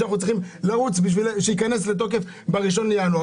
שאנחנו צריכים לרוץ בשביל שייכנס לתוקף ב-1 בינואר.